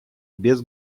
без